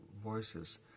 voices